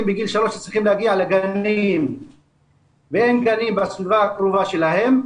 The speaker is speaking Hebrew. בגיל 3 שצריכים להגיע לגנים ואין גנים בסביבה הקרובה שלהם,